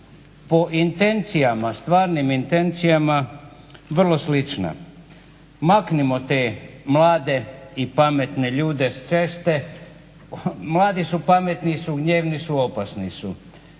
stvarnim intencijama vrlo slična. Maknimo te mlade i pametne ljude s ceste. Mladi su pametni su, gnjevni su, opasni su,